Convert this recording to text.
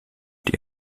die